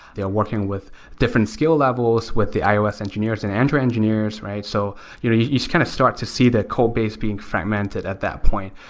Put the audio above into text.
they're working with different skill levels with the ios engineers and android engineers. so you just kind of start to see the core base being fragmented at that point,